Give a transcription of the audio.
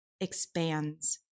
expands